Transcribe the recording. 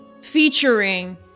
featuring